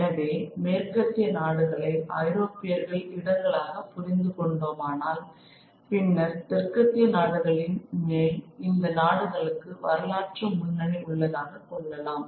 எனவே மேற்கத்திய நாடுகளை ஐரோப்பியர்கள் இடங்களாக புரிந்து கொண்டோமானால் பின்னர் தெற்கத்திய நாடுகளின் மேல் இந்த நாடுகளுக்கு வரலாற்று முன்னணி உள்ளதாக கொள்ளலாம்